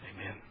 Amen